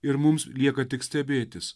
ir mums lieka tik stebėtis